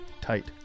tight